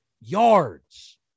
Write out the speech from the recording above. yards